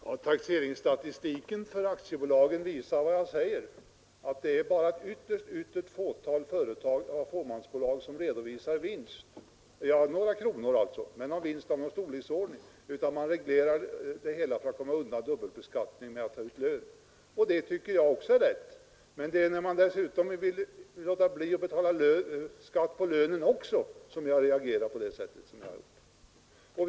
Herr talman! Taxeringsstatistiken för aktiebolagen bevisar vad jag säger. Det är bara ett ytterligt fåtal fåmansbolag som redovisar vinst annat än på några kronor. I stället reglerar man det hela genom att ta ut lön för att komma undan dubbelbeskattningen, och det tycker jag också är rätt. Det är när man vill låta bli att betala skatt på lönen också som jag reagerar på det sätt som jag har gjort.